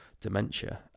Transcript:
dementia